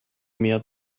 mehr